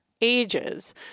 ages